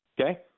okay